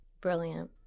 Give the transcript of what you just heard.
Brilliant